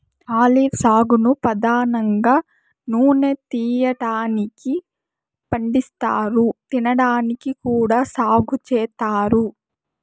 olive సాగును పధానంగా నూనె తీయటానికి పండిస్తారు, తినడానికి కూడా సాగు చేత్తారు